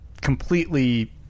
completely